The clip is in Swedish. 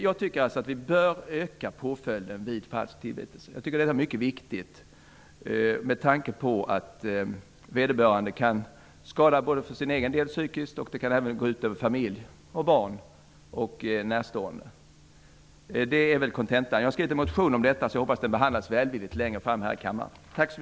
Jag tycker att vi bör skärpa påföljden vid falsk tillvitelse. Det är mycket viktigt med tanke på att den som drabbas kan bli skadad psykiskt och att det också kan gå ut över familj, barn och andra närstående. Jag har skrivit en motion om detta, och jag hoppas att den kommer att behandlas välvilligt av kammaren längre fram.